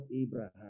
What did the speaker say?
Abraham